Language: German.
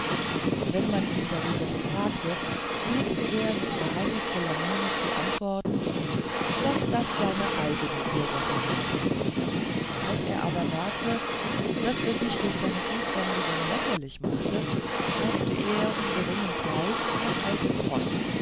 wenn man ihn darüber befragte pflegte er mit geheimnisvoller miene zu antworten daß das seine eigene ursachen habe als er aber merkte daß er sich durch seine fußwanderungen lächerlich mache kaufte er um geringen preis ein altes roß